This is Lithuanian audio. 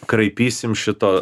kraipysim šito